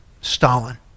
Stalin